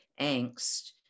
angst